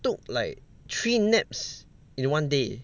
took like three naps in one day